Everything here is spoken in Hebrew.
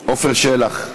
עפר שלח,